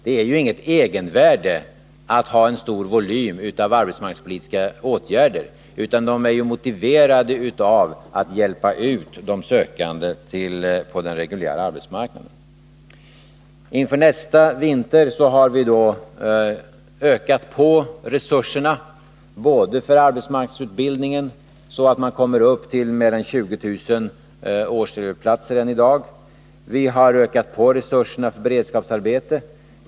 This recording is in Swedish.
Det är inget egenvärde att ha en stor volym på de arbetsmarknadspolitiska åtgärderna, utan dessa är motiverade av strävan att hjälpa ut de arbetssökande på den reguljära arbetsmarknaden. Inför nästa vinter har vi ökat på resurserna både för arbetsmarknadsut bildningen, som skall komma upp till 20 000 fler årselevplatser än i dag, och för beredskapsarbetena.